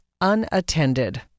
unattended